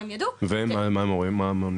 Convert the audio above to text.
מה הם ידעו --- ומה הם אומרים,